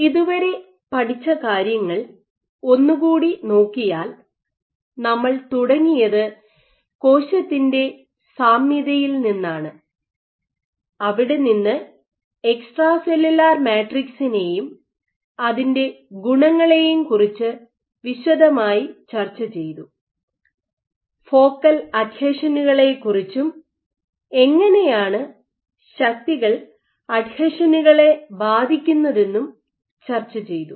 ഇതുവരെ പഠിച്ച കാര്യങ്ങൾ ഒന്നുകൂടി നോക്കിയാൽ നമ്മൾ തുടങ്ങിയത് കോശത്തിൻ്റെ സാമ്യതയിൽ നിന്നാണ് അവിടെ നിന്ന് എക്സ്ട്രാ സെല്ലുലാർ മാട്രിക്സിനെയും അതിൻ്റെ ഗുണങ്ങളെയും കുറിച്ച് വിശദമായി ചർച്ചചെയ്തു ഫോക്കൽ അഡ്ഹഷനു കളെക്കുറിച്ചും എങ്ങനെയാണ് ശക്തികൾ അഡ്ഹഷനുകളെ ബാധിക്കുന്നതെന്നും ചർച്ച ചെയ്തു